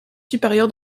supérieur